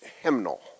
hymnal